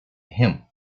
him